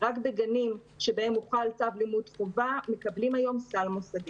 רק בגנים שבהם חל צו לימוד חובה מקבלים היום סל מוסדי.